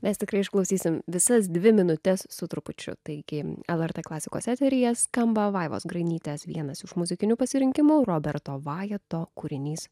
mes tikrai išklausysim visas dvi minutes su trupučiu taigi lrt klasikos eteryje skamba vaivos grainytės vienas iš muzikinių pasirinkimų roberto vajeto kūrinys